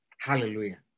Hallelujah